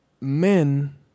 men